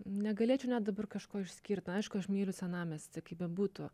negalėčiau net dabar kažko išskirt na aišku aš myliu senamiestį kaip bebūtų